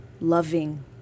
loving